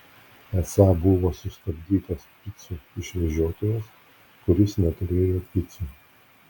esą buvo sustabdytas picų išvežiotojas kuris neturėjo picų